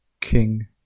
King